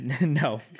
No